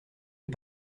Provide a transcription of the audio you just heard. les